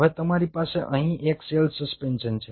હવે તમારી પાસે અહીં એક જ સેલ સસ્પેન્શન છે